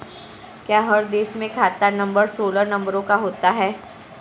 क्या हर देश में खाता नंबर सोलह नंबरों का होता है?